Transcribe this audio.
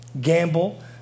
gamble